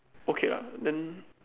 okay lah then